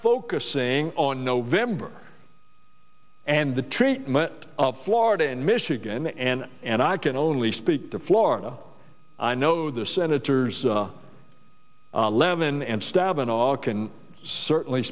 focusing on november and the treatment of florida and michigan and and i can only speak to florida i know the senators levin and stab and all can certainly